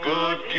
Good